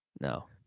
No